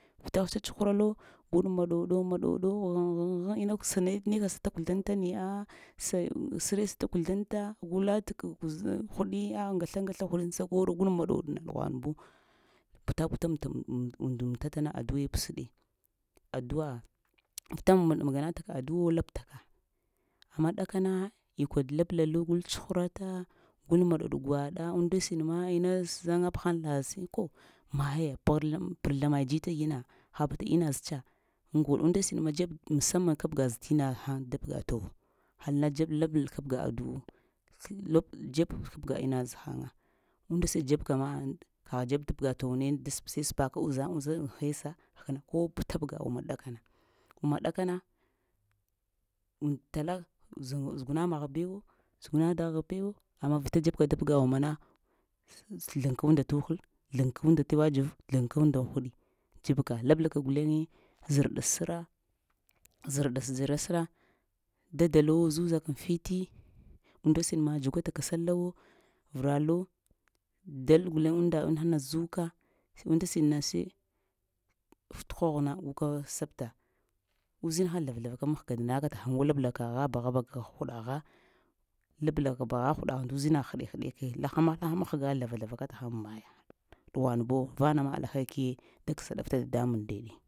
Huta tsatshuralo, gul maɗoɗo-maɗoɗo aghŋ aghŋ inna kuəani neka sa to kuzləŋta ne? A'a sa-sere sa te kuzloŋta gu lata kə kuza huɗiya ŋgasla-ngasla huɗ səkworo gul maɗoɗna ɗughwanbu, puta-puta unda mətatana aduae pəsɗe, adua, vita maganataka aduavo labtaka, amma ɗakana ikwa lablalo, tsuhurata, gul maɗoɗ gwaɗa unnda siɗina inna sayab haŋ laz ko ma maiya pərzla-pərzla may dzita gina ha bata inna zə tsa, aŋgol unnda siɗma dzebal maŋ saman kabga zə tina hən tapga towo, nala dzeb kabga adu'u dzeb kabəga nna zə həŋa unda siɗ dzebka ma, ha dzeb təbga tuwne sai səpaka uzaŋ-uziŋ he tasa həkna tabəga umma kəɗakana umma ɗakana und-tala, zuguna maghbu-zuguna dagh-bew, amma vita dzebka təbəga ummana zləŋka unnda tuhəl, zləŋka unnda tawa dzəv, zhŋka unnda aŋ huɗi, dzebka lablaka guleŋe zərɗas səra, zərɗas səra, dada lo zuzaka fiti unnda siɗma dzugwatal ka sallahwo vəralo, dal guleŋ unnda inahana zuka unnda siɗna sai tə hoghna gukasabta, uzinha zlava-zlaka mahga laŋaka təhəywo labla kagha bagha-baghaka huɗagha lablaka bagha huɗagha nda uzinagh həɗe-həɗeke la həma magha and zlava-zlavaka təhəŋ aŋ maya ɗughulan buwo vaya ma alhakiyee da kəsaɗafta nadambuŋ ndeɗe.